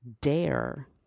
dare